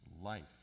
life